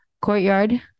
courtyard